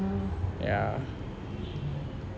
ya